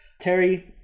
Terry